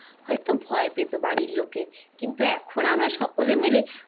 হয়তো ভয় পেত বাড়ির লোকের কিন্তু এখন আমরা সকলে মিলে